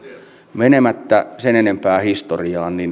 menemättä sen enempää historiaan